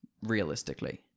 Realistically